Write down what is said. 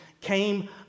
came